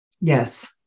Yes